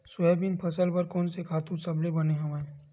Soybean फसल बर कोन से खातु सबले बने हवय?